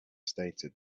stated